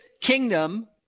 kingdom